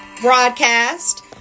broadcast